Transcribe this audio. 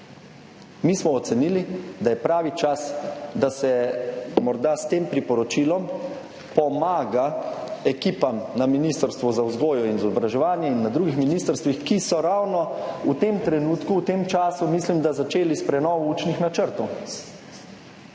Mi smo ocenili, da je pravi čas, da se morda s tem priporočilom pomaga ekipam na Ministrstvu za vzgojo in izobraževanje in na drugih ministrstvih, ki so ravno v tem trenutku, v tem času, mislim, da začeli s prenovo učnih načrtov.